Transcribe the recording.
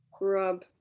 rub